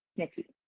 nikki.